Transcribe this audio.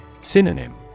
Synonym